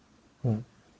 mm